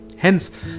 Hence